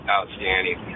Outstanding